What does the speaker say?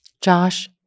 Josh